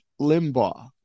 Limbaugh